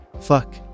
Fuck